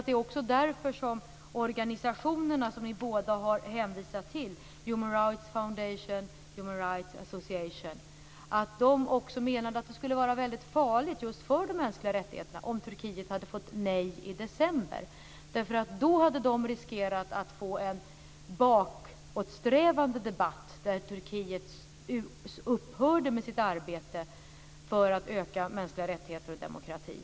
Det är också därför som de organisationer ni båda har hänvisat till - Human Rights Foundation och Human Rights Association - menar att det skulle vara farligt för de mänskliga rättigheterna om Turkiet hade fått ett nej i december. Då hade det varit risk för en bakåtsträvande debatt, där Turkiet skulle upphöra med sitt arbete med att öka de mänskliga rättigheterna och demokratin.